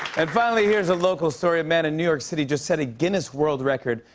and finally, here's a local story. a man in new york city just set a guinness world record,